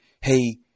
hey